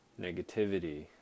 negativity